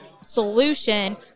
solution